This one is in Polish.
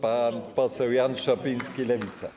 Pan poseł Jan Szopiński, Lewica.